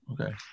Okay